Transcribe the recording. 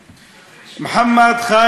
מוחמד חאלד איברהים,